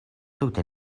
tute